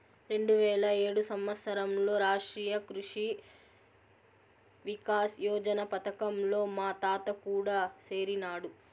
రెండువేల ఏడు సంవత్సరంలో రాష్ట్రీయ కృషి వికాస్ యోజన పథకంలో మా తాత కూడా సేరినాడు